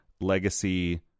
legacy